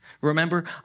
Remember